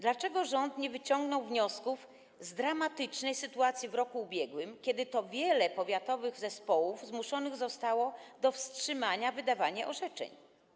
Dlaczego rząd nie wyciągnął wniosków z dramatycznej sytuacji w roku ubiegłym, kiedy to wiele powiatowych zespołów zmuszonych zostało do wstrzymania wydawania orzeczeń?